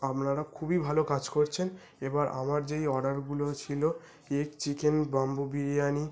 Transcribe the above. আপনারা খুবই ভালো কাজ করছেন এবার আমার যেই অর্ডারগুলো ছিলো এগ চিকেন বাম্বু বিরিয়ানি